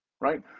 right